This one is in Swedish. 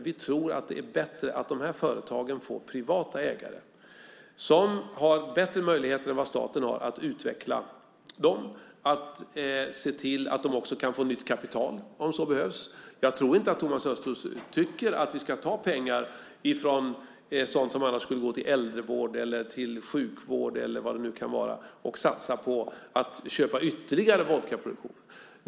Vi tror att det är bättre att dessa företag får privata ägare som har bättre möjligheter än staten att utveckla dem och se till att de också kan få nytt kapital om så behövs. Jag tror inte att Thomas Östros tycker att vi ska ta pengar från sådant som annars skulle gå till äldrevård eller sjukvård, eller vad det nu kan vara, och satsa på att köpa ytterligare vodkaproduktion.